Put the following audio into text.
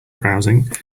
browsing